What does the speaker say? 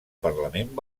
parlament